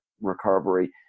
recovery